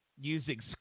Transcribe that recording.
using